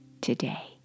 today